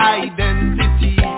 identity